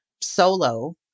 solo